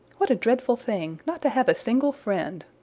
what a dreadful thing not to have a single friend,